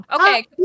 Okay